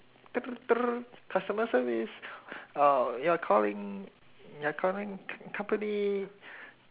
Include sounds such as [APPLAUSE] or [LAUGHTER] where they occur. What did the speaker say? [NOISE] customer service oh you're calling you're calling co~ company